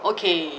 okay